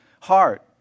heart